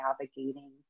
navigating